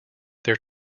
their